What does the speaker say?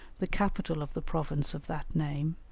the capital of the province of that name,